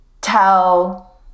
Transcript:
tell